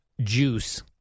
juice